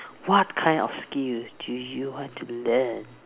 what kind of skills do you want to learn